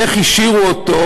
איך השאירו אותו,